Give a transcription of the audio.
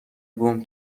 گـم